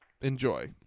Enjoy